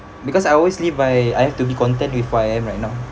because I always lived by I have to be content with what I am right now